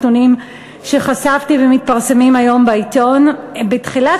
נתונים שחשפתי ומתפרסמים היום בעיתון: בתחילת